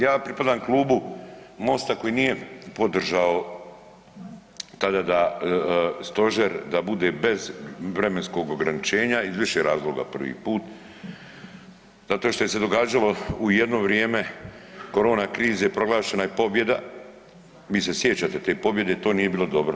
Ja pripadam Klubu MOST-a koji nije podržao tada da stožer bude bez vremenskog ograničenja iz više razloga prvi put zato što je se događalo u jedno vrijeme korona krize proglašena je pobjeda, vi se sjećate te pobjede, to nije bilo dobro.